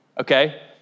Okay